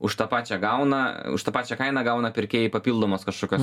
už tą pačią gauna už tą pačią kainą gauna pirkėjai papildomos kažkokios